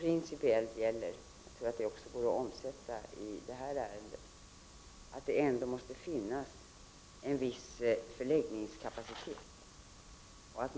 Principiellt gäller, vilket jag tror också går att omsätta i detta ärende, att det ändå måste finnas en viss förläggningskapacitet.